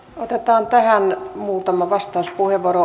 otetaan tähän muutama vastauspuheenvuoro